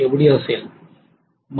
5 असेल